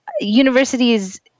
universities